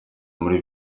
muri